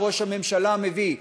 שראש הממשלה מביא,